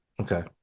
okay